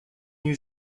new